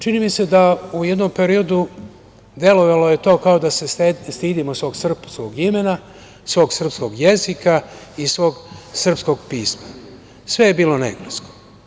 Čini mi se da u jednom periodu, delovalo je to kao da se stidimo svog srpskog imena, svog srpskog jezika i svog srpskog pisma, sve je bilo na engleskom.